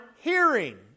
hearing